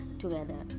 together